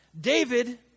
David